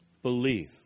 Believe